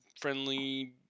friendly